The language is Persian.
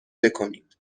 بکنید